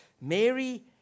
Mary